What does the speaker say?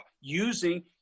using